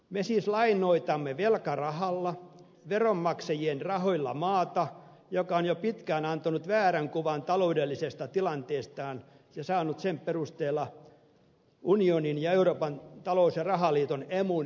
me siis lainoitamme velkarahalla veronmaksajien rahoilla maata joka on jo pitkään antanut väärän kuvan taloudellisesta tilanteestaan ja saanut sen perusteella euroopan unionin ja euroopan talous ja rahaliiton emun jäsenyyden